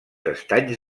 estanys